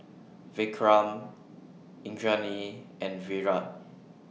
Vikram Indranee and Virat